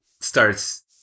starts